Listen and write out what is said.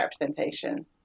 representation